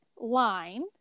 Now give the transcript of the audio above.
line